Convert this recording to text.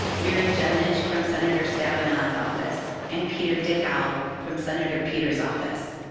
mary judnich from senator stabenow's office, and peter dickow from senator peters's office.